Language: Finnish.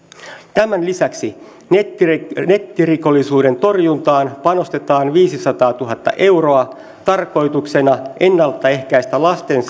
tämän lisäksi nettirikollisuuden nettirikollisuuden torjuntaan panostetaan viisisataatuhatta euroa tarkoituksena ennalta ehkäistä lasten